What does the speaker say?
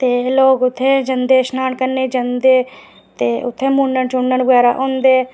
ते लोक उत्थै जंदे शनान करने गी जंदे ते उत्थै मूनन बगैरा होंदे